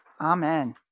Amen